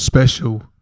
special